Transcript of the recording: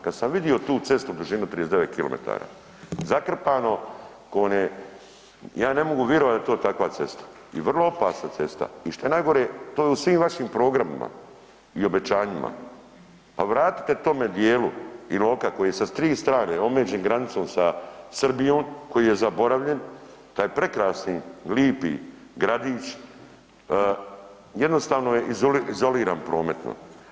Kad sam vidio tu cestu dužinu 39 km, zakrpano ko one, ja ne mogu virovat da je to takva cesta i vrlo opasna cesta i šta je najgore to je u svim vašim programima i obećanjima, al vratite tome dijelu Iloka koji je sa 3 strane omeđen granicom sa Srbijom koji je zaboravljen, taj prekrasni lipi gradić, jednostavno je izoliran prometno.